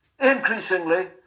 Increasingly